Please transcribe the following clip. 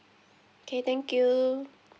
okay thank you